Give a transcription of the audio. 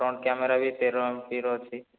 front camera ବି ତେର M P ର ଅଛି